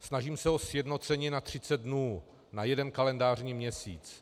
Snažím se o sjednocení na 30 dnů, na jeden kalendářní měsíc.